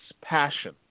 passion